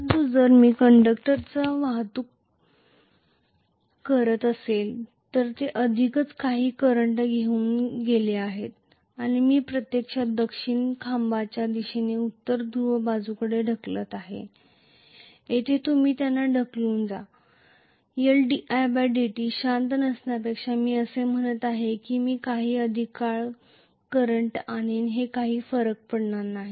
परंतु जर मी कंडक्टरची वाहतूक करीत असेल तर ते आधीच काही करंट घेऊन गेले आहेत आणि मी प्रत्यक्षात दक्षिणेच्या खांबाच्या दिशेने उत्तर ध्रुव बाजूकडे ढकलत आहे येथे तुम्ही त्यांना ढकलून जा L didt शांत नसण्यापेक्षा मी असे म्हणत आहे की मी काही अधिक काळ करंट आणीन किती यामुळे काही फरक पडत नाही